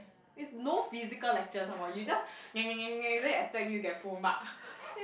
is no physical lectures some more you just then you expect me to get full mark